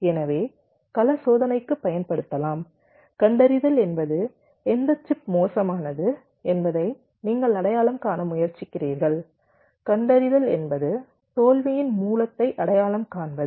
எனவே கள சோதனைக்கு பயன்படுத்தலாம் கண்டறிதல் என்பது எந்த சிப் மோசமானது என்பதை நீங்கள் அடையாளம் காண முயற்சிக்கிறீர்கள் கண்டறிதல் என்பது தோல்வியின் மூலத்தை அடையாளம் காண்பது